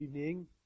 evening